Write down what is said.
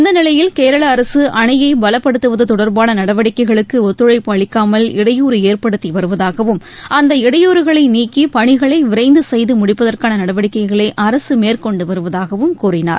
இந்த நிலையில் கேரள அரசு அணையை பலப்படுத்துவது தொடர்பான நடவடிக்கைகளுக்கு ஒத்துழைப்பு அளிக்காமல் இடையூறு ஏற்படுத்தி வருவதாகவும் அந்த இடையூறுகளை நீக்கி பணிகளை விரைந்து செய்து முடிப்பதற்கான நடவடிக்கைகளை அரசு மேற்கொண்டு வருவதாகவும் கூறினார்